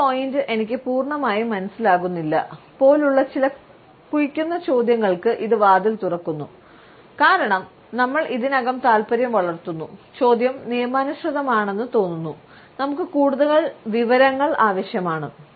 ആ പോയിന്റ് എനിക്ക് പൂർണ്ണമായും മനസ്സിലാകുന്നില്ല പോലുള്ള ചില കുഴിക്കുന്ന ചോദ്യങ്ങൾക്ക് ഇത് വാതിൽ തുറക്കുന്നു കാരണം നമ്മൾ ഇതിനകം താൽപ്പര്യം വളർത്തുന്നു ചോദ്യം നിയമാനുസൃതമാണെന്ന് തോന്നുന്നു നമുക്ക് കൂടുതൽ വിവരങ്ങൾ ആവശ്യമാണ്